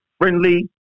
friendly